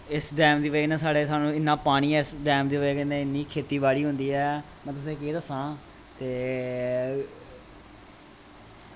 इस डैम दी बजह् कन्नै साढ़े सानूं इन्ना पानी ऐ इस डैम दी बजह् कन्नै इन्नी खेतीबाड़ी होंदी ऐ में तुसेंगी केह् दस्सां ते